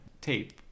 tape